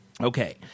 okay